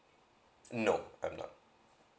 no I'm not